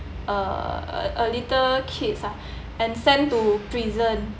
uh a little kids ah and sent to prison